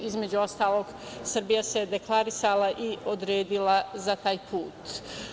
Između ostalog, Srbija se deklarisala i odredila za taj put.